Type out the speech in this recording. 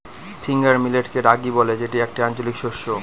finger মিলেটকে রাগি বলে যেটি একটি আঞ্চলিক শস্য